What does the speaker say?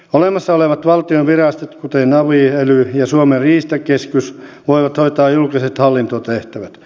olemassa olevat valtionvirastot kuten avit elyt ja suomen riistakeskus voivat hoitaa julkiset hallintotehtävät